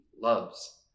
loves